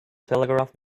telegraph